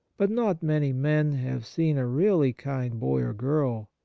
but not many men have seen a really kind boy or girl.